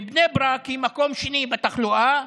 בני ברק היא מקום שני בתחלואה,